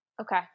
Okay